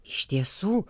iš tiesų